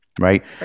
Right